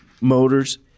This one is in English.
motors